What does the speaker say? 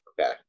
Okay